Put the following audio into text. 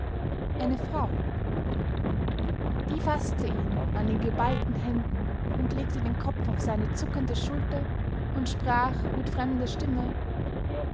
eine frau die faßte ihn an den geballten händen und legte den kopf auf seine zuckende schulter und sprach mit fremder stimme